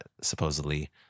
supposedly